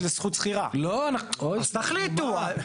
זו זכות --- לא --- אז תחליטו,